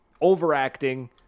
overacting